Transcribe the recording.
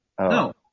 No